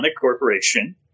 Corporation